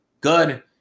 Good